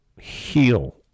heal